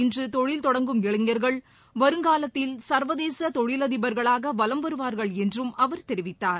இன்றுதொழில் தொடங்கும் இளைஞா்கள் வருங்காலத்தில் சா்வதேசதொழிலதிபா்களாகவலம் வருவாா்கள் என்றும் அவர் தெரிவித்தார்